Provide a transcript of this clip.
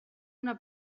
una